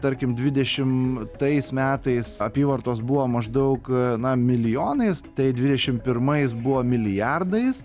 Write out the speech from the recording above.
tarkim dvidešim tais metais apyvartos buvo maždaug na milijonais tai dvidešim pirmais buvo milijardais